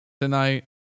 tonight